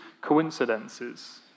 coincidences